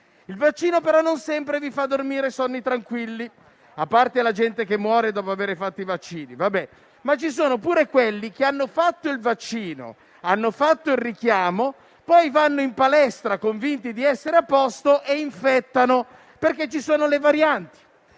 Il vaccino, però, non sempre vi fa dormire sonni tranquilli. A parte la gente che muore dopo aver fatto i vaccini, ci sono pure quelli che hanno fatto il vaccino, hanno fatto il richiamo, vanno in palestra e, convinti di essere a posto, infettano perché ci sono le varianti.